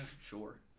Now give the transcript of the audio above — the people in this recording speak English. Sure